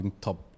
top